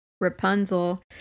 Rapunzel